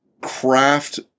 craft –